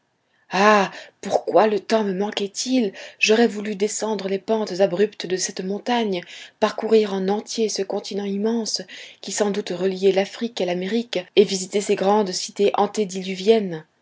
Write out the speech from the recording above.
ah pourquoi le temps me manquait-il j'aurais voulu descendre les pentes abruptes de cette montagne parcourir en entier ce continent immense qui sans doute reliait l'afrique à l'amérique et visiter ces grandes cités